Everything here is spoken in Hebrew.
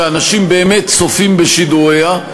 שאנשים באמת צופים בשידוריה.